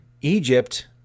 Egypt